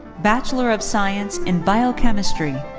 bachelor of science in biochemistry.